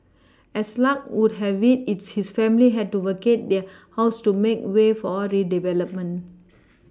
as luck would have it its his family had to vacate their house to make way for redevelopment